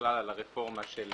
ובכלל על הרפורמה של